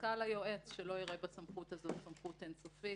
חזקה על היועץ שלא יראה בסמכות הזאת סמכות אין-סופית,